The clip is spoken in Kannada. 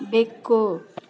ಬೆಕ್ಕು